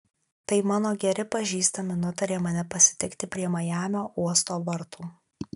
tai mano geri pažįstami nutarė mane pasitikti prie majamio uosto vartų